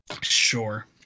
Sure